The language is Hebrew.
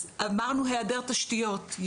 אמרנו העדר תשתיות,